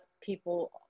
people